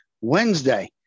Wednesday